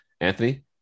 Anthony